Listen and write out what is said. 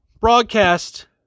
broadcast